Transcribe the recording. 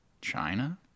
China